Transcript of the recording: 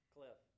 Cliff